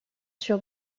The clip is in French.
sur